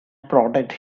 prodded